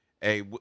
hey